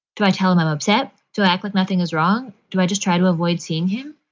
do i tell him i'm upset to act like nothing is wrong? do i just try to avoid seeing him?